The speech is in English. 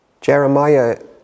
Jeremiah